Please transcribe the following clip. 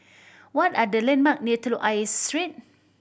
what are the landmark near Telok Ayer Street